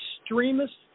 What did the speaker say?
extremists